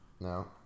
No